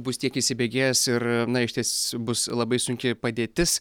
bus tiek įsibėgėjęs ir na išties bus labai sunki padėtis